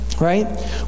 right